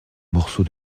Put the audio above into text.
morceau